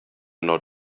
not